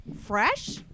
Fresh